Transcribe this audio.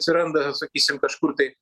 atsiranda sakysim kažkur tai